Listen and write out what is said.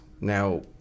Now